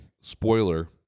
spoiler